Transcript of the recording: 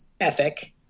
ethic